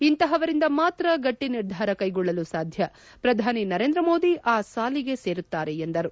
ಇಂಥವರಿಂದ ಮಾತ್ರ ಗಟ್ಟ ನಿರ್ಧಾರ ಕೈಗೊಳ್ಳಲು ಸಾಧ್ಯ ಪ್ರಧಾನಿ ನರೇಂದ್ರ ಮೋದಿ ಆ ಸಾಲಿಗೆ ಸೇರುತ್ತಾರೆ ಎಂದರು